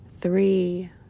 three